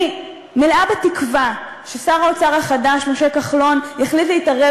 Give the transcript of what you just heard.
אני מלאה בתקווה ששר האוצר החדש משה כחלון יחליט להתערב